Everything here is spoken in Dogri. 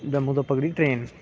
जम्मू दा पकड़ी ट्रेन